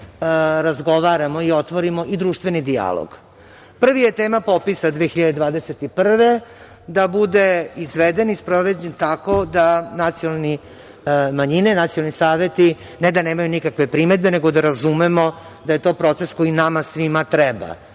razgovaramo o otvorimo i društveni dijalog. Prvi je tema popisa 2021. godine, da bude izveden i sproveden tako da nacionalne manjine, nacionalni saveti ne da nemaju nikakve primedbe, nego da razumemo da je to proces koji nama svima treba,